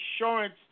insurance